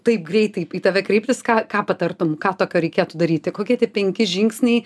taip greitai į tave kreiptis ką ką patartum ką tokio reikėtų daryti kokie tie penki žingsniai